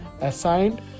assigned